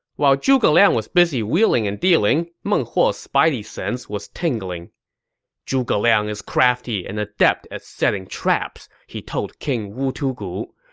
while zhuge liang was busy wheeling and dealing, meng huo's huo's spidey sense was tingling zhuge liang is crafty and adept at setting traps, he told king wu tugu.